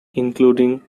including